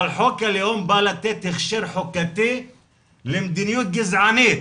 אבל חוק הלאום בא לתת הכשר חוקתי למדיניות גזענית